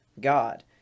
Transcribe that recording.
God